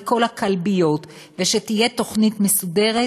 לכל הכלביות ושתהיה תוכנית מסודרת,